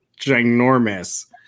ginormous